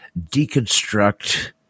deconstruct